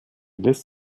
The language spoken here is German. lässt